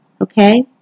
Okay